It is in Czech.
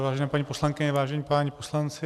Vážené paní poslankyně, vážení páni poslanci.